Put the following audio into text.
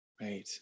Right